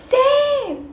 same